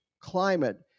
climate